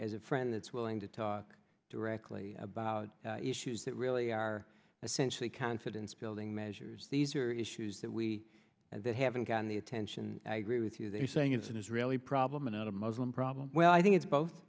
as a friend that's willing to talk directly about issues that really are essentially confidence building measures these are issues that we haven't gotten the attention i agree with you they're saying it's an israeli problem not a muslim problem well i think it's both